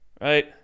right